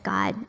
God